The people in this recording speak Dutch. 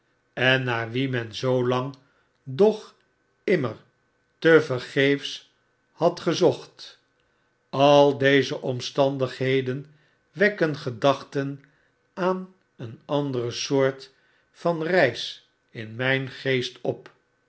en naar wie men zoolang doch immer tevergeefs had gezocht al deze omstandigheden wekken gedachten aan een andere soort van reis in myn geest op